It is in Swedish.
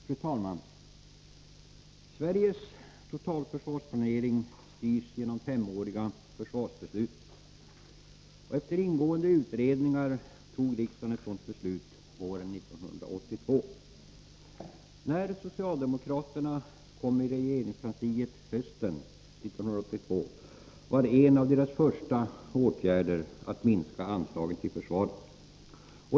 Fru talman! Sveriges totalförsvarsplanering styrs genom femåriga försvarsbeslut. Efter ingående utredningar fattade riksdagen ett sådant beslut våren 1982. När socialdemokraterna kom till regeringskansliet hösten 1982 var en av deras första åtgärder att minska anslagen till försvaret.